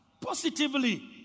positively